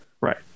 Right